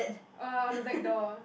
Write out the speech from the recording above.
uh on the black door